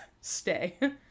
stay